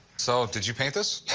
so did you paint this?